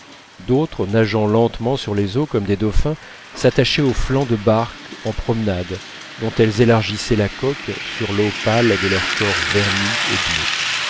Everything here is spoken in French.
d'autres nageant lentement sur les eaux comme des dauphins s'attachaient aux flancs de barques en promenade dont elles élargissaient la coque sur l'eau pâle de leur corps verni et bleu